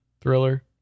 thriller